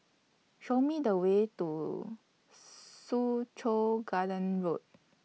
Show Me The Way to Soo Chow Garden Road